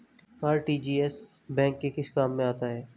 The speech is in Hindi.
आर.टी.जी.एस बैंक के किस काम में आता है?